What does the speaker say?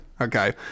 Okay